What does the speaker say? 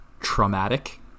traumatic